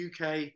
UK